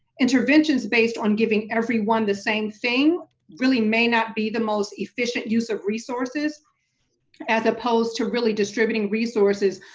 interventions based on giving everyone the same thing really may not be the most efficient use of resources as opposed to really distributing resources,